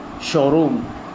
showroom